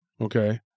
Okay